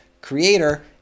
Creator